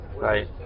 right